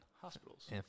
hospitals